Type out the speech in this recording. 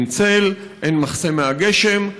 אין צל, אין מחסה מהגשם.